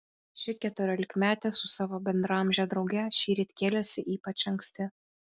ši keturiolikmetė su savo bendraamže drauge šįryt kėlėsi ypač anksti